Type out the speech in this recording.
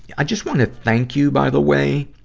i just wanna thank you, by the way,